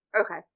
Okay